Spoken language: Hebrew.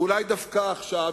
ואולי דווקא עכשיו,